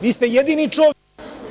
Vi ste jedini čovek…